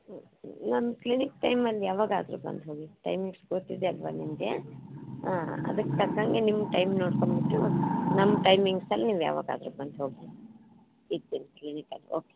ನಮ್ಮ ಕ್ಲಿನಿಕ್ ಟೈಮಲ್ಲಿ ಯಾವಾಗಾದ್ರೂ ಬಂದು ಹೋಗಿ ಟೈಮಿಂಗ್ಸ್ ಗೊತ್ತಿದೆ ಅಲ್ವಾ ನಿಮಗೆ ಹಾಂ ಅದಕ್ಕೆ ತಕ್ಕಂಗೆ ನಿಮ್ಮ ಟೈಮ್ ನೋಡ್ಕೊಂಬಿಟ್ಟು ನಮ್ಮ ಟೈಮಿಂಗ್ಸಲ್ಲಿ ನೀವು ಯಾವಾಗಾದ್ರೂ ಬಂದು ಹೋಗಿ ಇರ್ತೀನಿ ಕ್ಲಿನಿಕಲ್ಲಿ ಓಕೆ